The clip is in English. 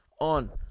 on